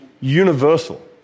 universal